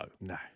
No